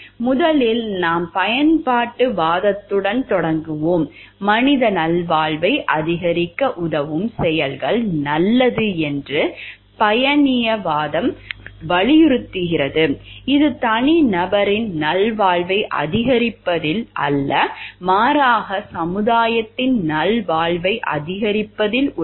முதலில் நாம் பயன்பாட்டுவாதத்துடன் தொடங்குவோம் மனித நல்வாழ்வை அதிகரிக்க உதவும் செயல்கள் நல்லது என்று பயனியவாதம் வலியுறுத்துகிறது இது தனிநபரின் நல்வாழ்வை அதிகரிப்பதில் அல்ல மாறாக சமூகத்தின் நல்வாழ்வை அதிகரிப்பதில் உள்ளது